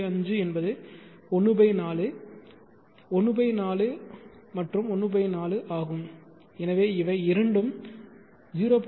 5 என்பது 14 14 மற்றும் 14 ஆகும் எனவே இவை இரண்டும் 0